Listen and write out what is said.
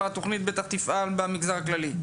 התוכנית בטח כבר תפעל במגזר הכללי.